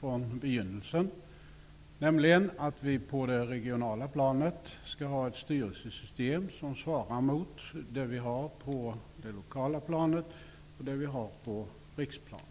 från begynnelsen har drivit, nämligen att det på det regionala planet skall vara ett styrelsesystem som svarar mot det som finns på det lokala planet och på riksplanet.